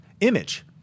Image